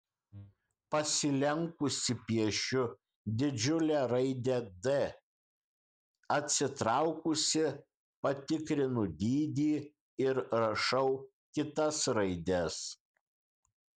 pasilenkusi piešiu didžiulę raidę d atsitraukusi patikrinu dydį ir rašau kitas raides